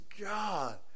God